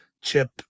Chip